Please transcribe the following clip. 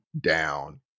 down